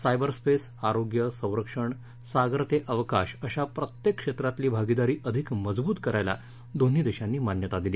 cyber space आरोग्य संरक्षण सागर ते अवकाश अशा प्रत्येक क्षेत्रातली भागीदारी अधिक मजबूत करायला दोन्ही देशांनी मान्यता दिली